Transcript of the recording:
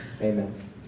Amen